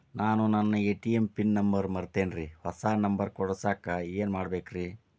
ನಾನು ನನ್ನ ATM pin number ಮರ್ತೇನ್ರಿ, ಹೊಸಾ ನಂಬರ್ ಕುಡಸಾಕ್ ಏನ್ ಮಾಡ್ಬೇಕ್ರಿ?